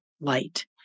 light